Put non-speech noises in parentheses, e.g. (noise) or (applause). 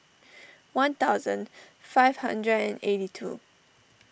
(noise) one thousand five hundred and eighty two